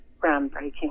groundbreaking